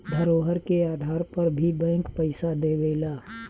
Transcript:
धरोहर के आधार पर भी बैंक पइसा देवेला